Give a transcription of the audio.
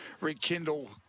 rekindle